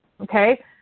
Okay